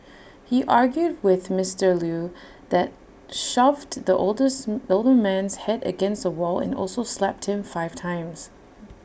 he argued with Mister Lew that shoved the oldest older man's Head against A wall and also slapped him five times